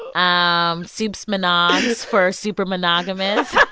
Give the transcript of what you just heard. um supes monots for super monogamous